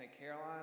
Caroline